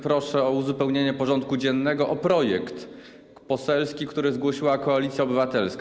Proszę o uzupełnienie porządku dziennego o projekt poselski, który zgłosiła Koalicja Obywatelska.